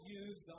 use